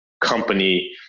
company